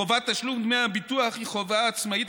חובת תשלום דמי הביטוח היא חובה עצמאית,